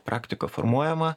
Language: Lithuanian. praktika formuojama